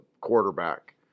quarterback